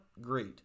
great